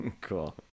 cool